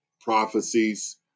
prophecies